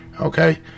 okay